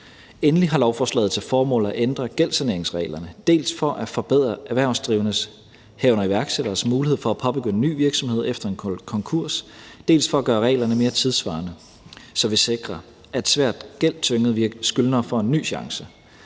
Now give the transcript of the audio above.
Endelig har lovforslaget til formål at ændre gældssaneringsreglerne, dels for at forbedre erhvervsdrivendes, herunder iværksætteres, mulighed for at påbegynde en ny virksomhed efter en konkurs, dels for at gøre reglerne mere tidssvarende, så vi sikrer, at svært gældstyngede skyldnere får en ny chance.